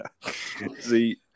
See